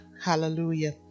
Hallelujah